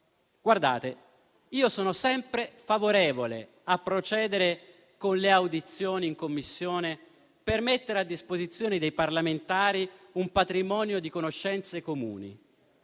Ora, io sono sempre favorevole a procedere con le audizioni in Commissione, per mettere a disposizione dei parlamentari un patrimonio di conoscenze comuni.